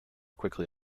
quickly